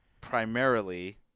primarily